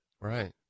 Right